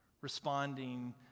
responding